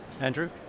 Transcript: Andrew